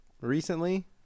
recently